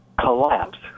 collapse